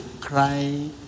cry